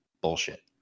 bullshit